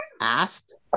asked